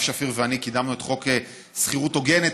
שפיר ואני קידמנו את חוק שכירות הוגנת,